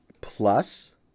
Plus